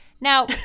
Now